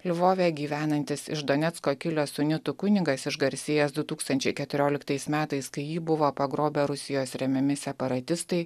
lvove gyvenantis iš donecko kilęs unitų kunigas išgarsėjęs du tūkstančiai keturioliktais metais kai jį buvo pagrobę rusijos remiami separatistai